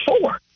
four